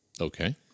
Okay